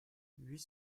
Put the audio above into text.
huit